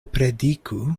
prediku